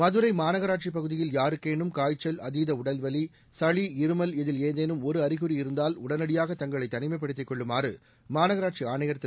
மதுரை மாநகராட்சிப் பகுதியில் யாருக்கேனும் காய்ச்சல் அதீத உடல்வலி சளி இருமல் இதில் ஏதேனும் ஒரு அறிகுறி இருந்தால் உடனடியாக தங்களை தனிமைப்படுத்திக் கொள்ளுமாறு மாநகராட்சி ஆணையர் திரு